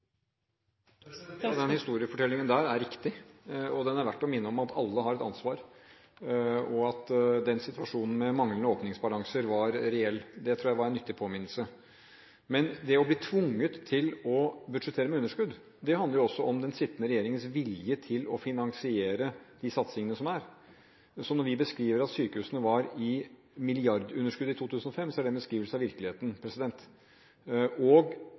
riktig, og det er verdt å minne om at alle har et ansvar, og at den situasjonen med manglende åpningsbalanser var reell. Det tror jeg var en nyttig påminnelse. Det å bli tvunget til å budsjettere med underskudd handler også om den sittende regjeringens vilje til å finansiere de satsingene som er. Når vi sier at sykehusene var i milliardunderskudd i 2005, er det en beskrivelse av virkeligheten. Det er en lærdom at det tok flere år før man gradvis, med hardt arbeid, gjennom arbeidet ute i sykehushverdagen og